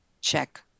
check